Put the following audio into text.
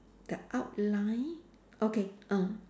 the outline okay ah